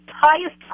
highest